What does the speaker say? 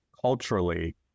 culturally